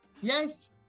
Yes